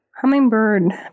hummingbird